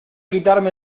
quitarme